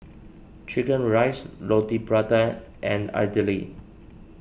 Chicken Rice Roti Prata and Idly